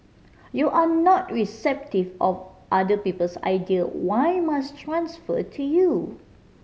you are not receptive of other people's idea why must transfer to you